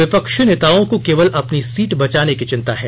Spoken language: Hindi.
विपक्षी नेताओं के केवल अपनी सीट बचाने की चिंता है